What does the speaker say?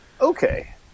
Okay